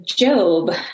Job